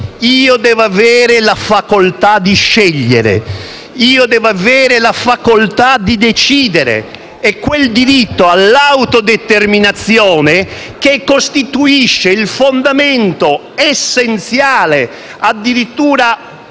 io devo avere la facoltà di scegliere, io devo avere la facoltà di decidere. Si tratta di quel diritto all'autodeterminazione, che costituisce il fondamento essenziale, addirittura